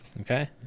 Okay